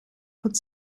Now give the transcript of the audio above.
could